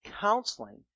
counseling